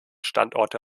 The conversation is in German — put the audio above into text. standorte